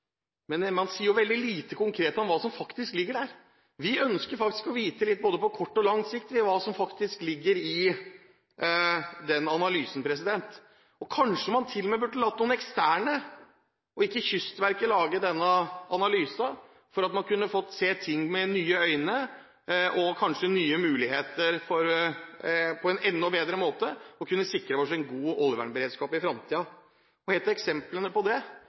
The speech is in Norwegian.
Men man sier veldig lite konkret om hva som faktisk ligger der. Vi ønsker å vite litt om hva som ligger i den analysen, både på kort og lang sikt. Kanskje man til og med burde latt noen eksterne, og ikke Kystverket, lage denne analysen, slik at man kunne se ting med nye øyne og kanskje se nye muligheter, for på en enda bedre måte å kunne sikre oss en god oljevernberedskap i fremtiden. Et av eksemplene